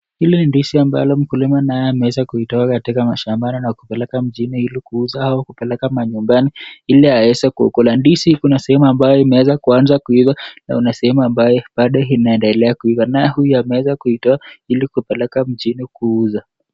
Hili ni ndizi ambalo mkulima ameweza kutoa katika mashambani na kupeleka mjini ili kuuza au kupeleka manyumbani ili aweze kukula. Ndizi hii iko na sehemu ambayo imeweza kuanza kuiva na kuna sehemu ambayo bado inaendelea kuiva naye huyu ameweza kuitoa ili kupeleka mjini kuuza.